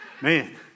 Man